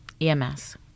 EMS